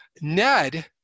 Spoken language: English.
Ned